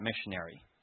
missionary